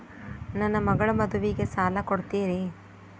ನನ್ನ ಮಗಳ ಮದುವಿಗೆ ಸಾಲ ಕೊಡ್ತೇರಿ?